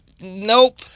Nope